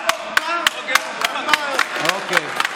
אוקיי,